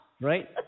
Right